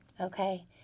Okay